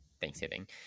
Thanksgiving